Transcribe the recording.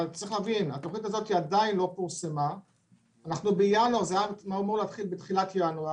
התוכנית עדיין לא פורסמה למרות שכבר הייתה אמורה להתחיל בתחילת ינואר.